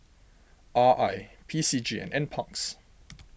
R I P C G NParks